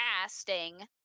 casting